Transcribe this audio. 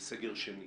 לסגר שני.